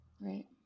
Right